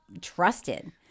trusted